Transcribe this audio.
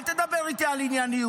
אל תדבר איתי על ענייניות.